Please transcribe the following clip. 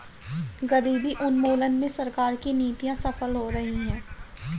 गरीबी उन्मूलन में सरकार की नीतियां सफल हो रही हैं